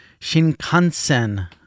Shinkansen